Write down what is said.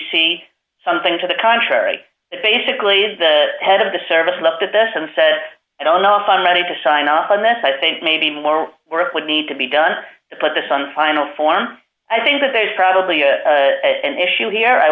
see something to the contrary that basically is the head of the service looked at this and said i don't know if i'm ready to sign off on this i think maybe more work would need to be done but the sun final form i think that there's probably an issue here i